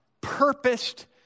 purposed